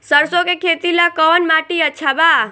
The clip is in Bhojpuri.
सरसों के खेती ला कवन माटी अच्छा बा?